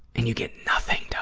and you get nothing done